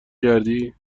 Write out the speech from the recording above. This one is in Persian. کردی